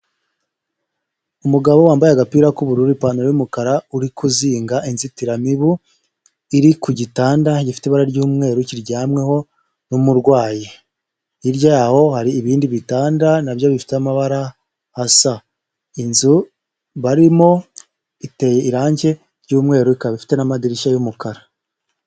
Umugabo wambaye agapira k'ubururu, ipantaro y'umukara uri kuzinga inzitiramibu, iri ku gitanda gifite ibara ry'umweru kiryamweho n'umurwayi, hirya yaho hari ibindi bitanda na byo bifite amabara asa, inzu barimo iteye irangi ry'umweru ikaba ifite n'amadirishya y'umukara.